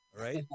right